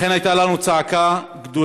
לכן הייתה לנו צעקה גדולה